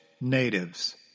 natives